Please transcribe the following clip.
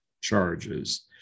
charges